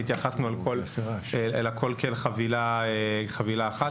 והתייחסנו אל הכל כאל חבילה אחת.